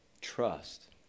trust